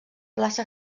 plaça